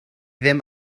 ddim